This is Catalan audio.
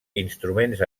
instruments